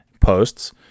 posts